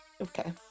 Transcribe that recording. Okay